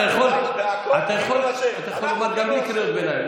אתה יכול לומר גם בלי קריאות ביניים.